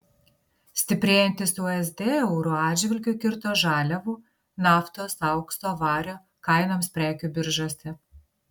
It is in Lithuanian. stiprėjantis usd euro atžvilgiu kirto žaliavų naftos aukso vario kainoms prekių biržose